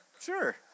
Sure